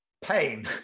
pain